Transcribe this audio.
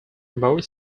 more